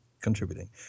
contributing